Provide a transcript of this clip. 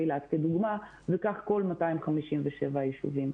אילת כדוגמה וכך כל 257 היישובים.